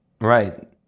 Right